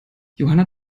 johanna